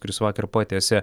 kuris vakar patiesė